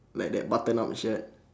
like that button up shirt